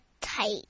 tight